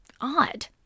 Odd